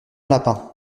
lapin